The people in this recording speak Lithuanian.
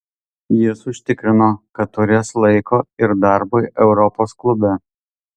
jis užtikrino kad turės laiko ir darbui europos klube